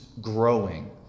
growing